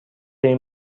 این